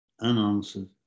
unanswered